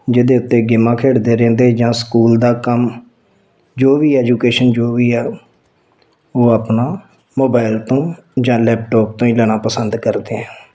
ਜਿਹਦੇ ਉੱਤੇ ਗੇਮਾਂ ਖੇਡਦੇ ਰਹਿੰਦੇ ਜਾਂ ਸਕੂਲ ਦਾ ਕੰਮ ਜੋ ਵੀ ਐਜੂਕੇਸ਼ਨ ਜ਼ਰੂਰੀ ਆ ਉਹ ਆਪਣਾ ਮੋਬਾਇਲ ਤੋਂ ਜਾਂ ਲੈਪਟੋਪ ਤੋਂ ਹੀ ਲੈਣਾ ਪਸੰਦ ਕਰਦੇ ਆ